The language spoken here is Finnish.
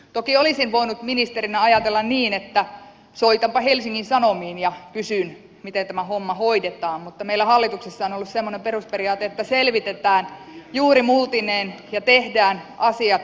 toki olisin voinut ministerinä ajatella niin että soitanpa helsingin sanomiin ja kysyn miten tämä homma hoidetaan mutta meillä hallituksessa on ollut semmoinen perusperiaate että selvitetään juurimultineen ja tehdään asiat kunnolla